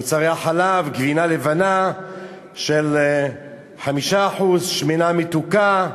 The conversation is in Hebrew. מוצרי החלב, גבינה לבנה 5%, שמנת מתוקה,